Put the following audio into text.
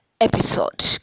episode